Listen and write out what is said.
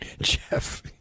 Jeff